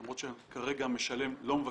למרות שכרגע המשלם לא מבקש,